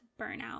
burnout